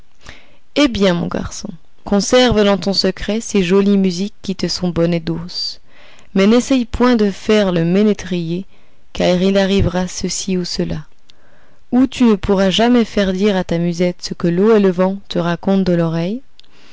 eh bien mon garçon conserve dans ton secret ces jolies musiques qui te sont bonnes et douces mais n'essaye point de faire le ménétrier car il arrivera ceci ou cela ou tu ne pourras jamais faire dire à ta musette ce que l'eau et le vent te racontent dans l'oreille